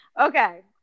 Okay